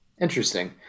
Interesting